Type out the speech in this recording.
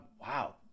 Wow